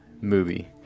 movie